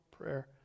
prayer